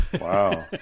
Wow